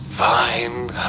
Fine